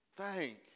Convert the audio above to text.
Thank